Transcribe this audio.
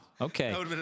okay